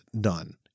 done